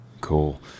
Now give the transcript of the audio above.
Cool